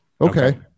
Okay